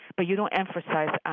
but you don't emphasize